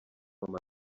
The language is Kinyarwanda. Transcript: mama